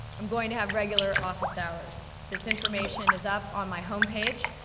i'm going to have regular office hours. this information is up on my home page,